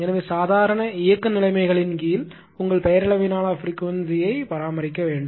எனவே சாதாரண இயக்க நிலைமைகளின் கீழ் உங்கள் பெயரளவிலான பிரிகுவென்ஸியை பராமரிக்க வேண்டும்